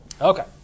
Okay